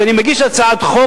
כשאני מגיש הצעת חוק,